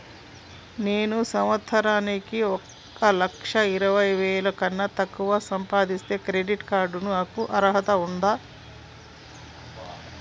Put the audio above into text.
నేను సంవత్సరానికి ఒక లక్ష ఇరవై వేల కన్నా తక్కువ సంపాదిస్తే క్రెడిట్ కార్డ్ కు నాకు అర్హత ఉందా?